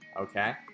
Okay